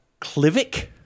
Clivic